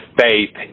faith